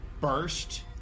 burst